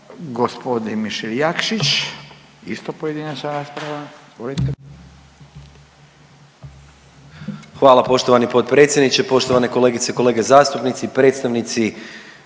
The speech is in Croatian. Izvolite. **Jakšić, Mišel (SDP)** Hvala poštovani potpredsjedniče. Poštovane kolegice i kolege zastupnici, predstavnici